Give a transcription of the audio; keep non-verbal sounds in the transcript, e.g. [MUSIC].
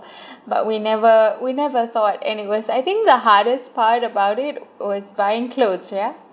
[BREATH] but we never we never thought and it was I think the hardest part about it was buying clothes yeah